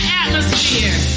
atmosphere